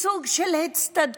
בסוג של הצטדקות,